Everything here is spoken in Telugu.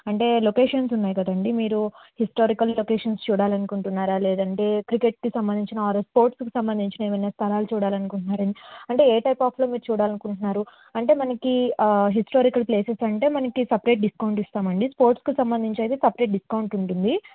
అంటే లొకేషన్స్ ఉన్నాయి కదండి మీరు హిస్టారికల్ లొకేషన్స్ చూడాలి అనుకుంటున్నారా లేదంటే క్రికెట్కి సంబంధించిన ఆర్ స్పోర్ట్స్కి సంబంధించిన ఏమన్న స్థలాలు చూడాలి అనుకుంటున్నారా అంటే ఏ టైప్ ఆఫ్లో మీరు చూడాలి అనుకుంటున్నారు అంటే మనకు హిస్టారికల్ ప్లేసెస్ అంటే మనకు సపరేట్ డిస్కౌంట్ ఇస్తాం అండి స్పోర్ట్స్కి సంబంధించి అయితే సపరేట్ డిస్కౌంట్ ఉంటుంది